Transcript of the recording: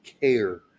care